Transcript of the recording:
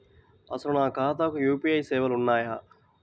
అసలు నా ఖాతాకు యూ.పీ.ఐ సేవలు ఉన్నాయా?